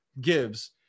gives